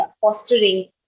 fostering